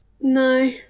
No